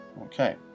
Okay